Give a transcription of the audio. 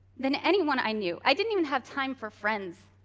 than anyone i knew. i didn't even have time for friends.